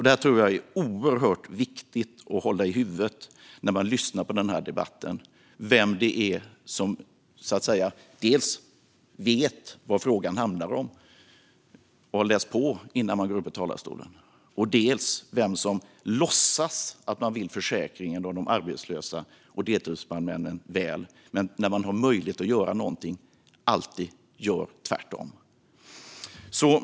Detta tror jag är oerhört viktigt att hålla i huvudet när man lyssnar på denna debatt - vem det är som vet vad frågan handlar om och har läst på innan man går upp i talarstolen och vem det är som låtsas att man vill försäkringen och de arbetslösa och deltidsbrandmännen väl men när man har möjlighet att göra något alltid agerar tvärtom.